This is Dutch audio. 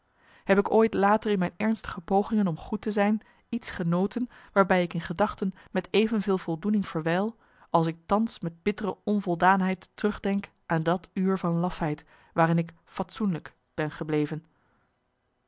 heb ik ooit later in mijn ernstige pogingen om goed te zijn iets genoten waarbij ik in gedachten met evenveel voldoening verwijl als ik thans met bittere onvoldaanheid terugdenk aan dat uur van lafheid waarin ik fatsoenlijk ben gebleven